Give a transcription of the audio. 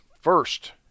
first